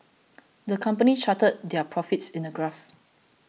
the company charted their profits in a graph